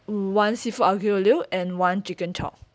one seafood aglio e olio and one chicken chop